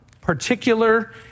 particular